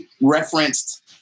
referenced